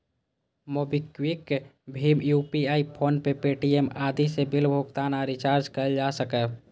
MobiKwik, भीम UPI, PhonePe, Paytm आदि सं बिल भुगतान आ रिचार्ज कैल जा सकैए